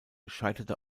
scheiterte